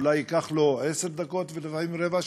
אולי ייקח לו עשר דקות, ולפעמים גם רבע שעה.